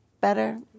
better